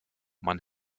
man